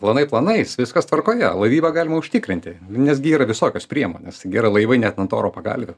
planai planais viskas tvarkoje laivybą galima užtikrinti nesgi yra visokios priemonės gi yra laivai net ant oro pagalvių